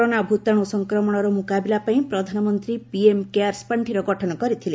corona ଭୂତାଣୁ ସଂକ୍ରମଣର ମୁକାବିଲା ପାଇଁ ପ୍ରଧାନମନ୍ତ୍ରୀ ପିଏମ୍ କେୟାର୍ସ ପାଣ୍ଠିର ଗଠନ କରିଥିଲେ